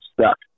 stuck